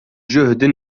جهد